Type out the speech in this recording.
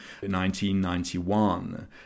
1991